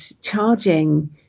charging